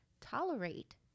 tolerate